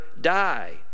die